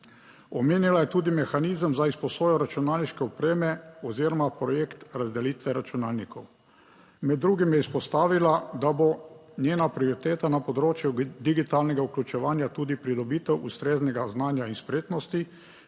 Omenila je tudi mehanizem za izposojo računalniške opreme oziroma projekt razdelitve računalnikov. Med drugim je izpostavila, da bo njena prioriteta na področju digitalnega vključevanja tudi pridobitev ustreznega znanja in spretnosti,